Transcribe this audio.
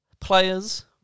players